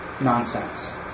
nonsense